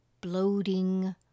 bloating